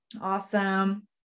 Awesome